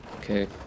Okay